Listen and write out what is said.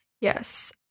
Yes